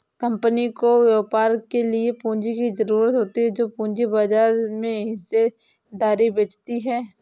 company को व्यापार के लिए पूंजी की ज़रूरत होती है जो पूंजी बाजार में हिस्सेदारी बेचती है